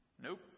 Nope